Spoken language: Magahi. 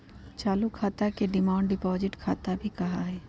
चालू खाता के डिमांड डिपाजिट खाता भी कहा हई